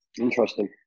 interesting